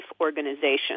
organization